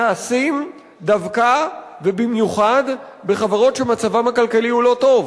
הם דווקא ובמיוחד בחברות שמצבן הכלכלי הוא לא טוב,